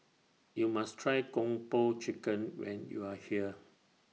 YOU must Try Kung Po Chicken when YOU Are here